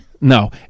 No